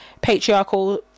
patriarchal